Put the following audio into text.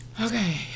Okay